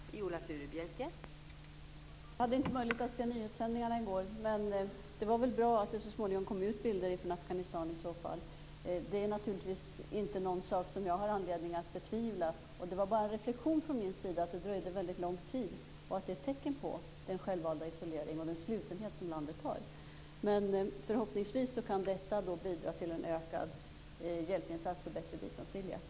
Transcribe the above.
Fru talman! Jag hade inte möjlighet att se nyhetssändningarna i går. Men det var väl bra att det så småningom kom ut bilder från Afghanistan. Det är naturligtvis inget som jag har anledning att betvivla. Det var bara en reflexion från min sida att det dröjde väldigt lång tid och att det är ett tecken på den självvalda isolering och den slutenhet som landet har. Men förhoppningsvis kan detta då bidra till en ökad hjälpinsats och bättre biståndsvilja.